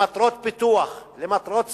למטרות פיתוח, למטרות צבאיות,